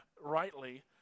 rightly